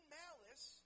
malice